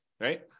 right